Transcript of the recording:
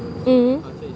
mmhmm